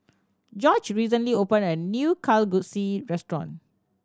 Jorge recently opened a new Kalguksu restaurant